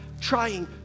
trying